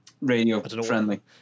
Radio-friendly